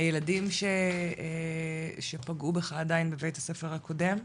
הילדים שפגעו בך, עדיין בבית הספר הקודם?